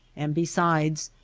and besides,